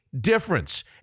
difference